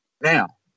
Now